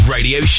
Radio